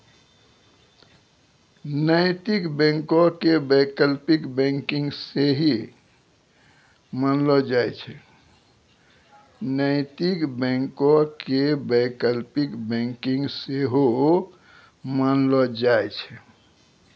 नैतिक बैंको के वैकल्पिक बैंकिंग सेहो मानलो जाय छै